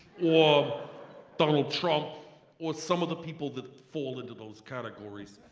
or donald trump or some of the people that fall into those categories.